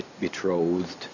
betrothed